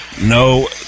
No